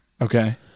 Okay